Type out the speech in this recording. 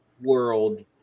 world